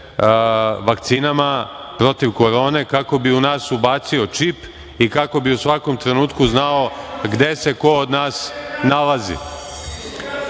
vakcinama protiv korone kako bi u nas ubacio čip i kako bi u svakom trenutku znao gde se ko od nas nalazi.